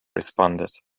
responded